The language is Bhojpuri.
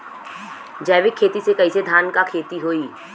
जैविक खेती से कईसे धान क खेती होई?